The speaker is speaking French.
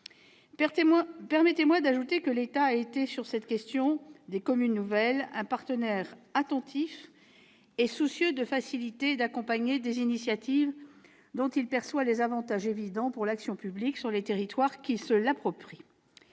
Permettez-moi d'ajouter que l'État a été, sur cette question des communes nouvelles, un partenaire attentif, soucieux de faciliter et d'accompagner des initiatives dont il perçoit les avantages évidents pour l'action publique sur les territoires qui se l'approprient.